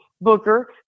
Booker